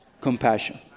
compassion